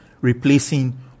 replacing